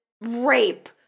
rape